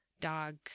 dog